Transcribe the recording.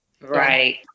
Right